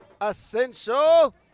essential